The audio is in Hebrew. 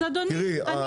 אז אדוני,